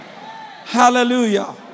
Hallelujah